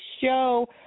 show